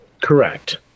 Correct